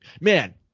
man